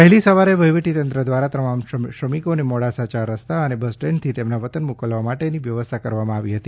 વહેલી સવારે વહીવટી તંત્ર દ્વારા તમામ શ્રમિકોને મોડાસા ચાર રસ્તા અને બસસ્ટેન્ડથી તેમના વતન મોકલવા માટેની વ્યવસ્થા કરવામાં આવી હતી